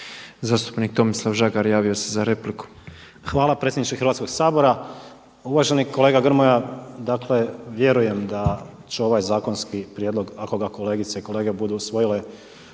Zastupnik Tomislav Žagar javio se za repliku. **Žagar, Tomislav (Nezavisni)** Hvala lijepo gospodine predsjedniče. Uvaženi kolega Grmoja dakle vjerujem da će ovaj zakonski prijedlog ako ga kolegice i kolege budu usvojile